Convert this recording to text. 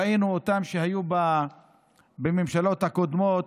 ראינו אותם כשהיו בממשלות הקודמות,